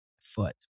foot